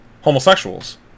homosexuals